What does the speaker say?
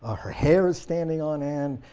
ah her hair is standing on end,